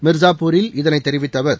மிர்ஸாப்பூரில் இதனை தெரிவித்த அவர்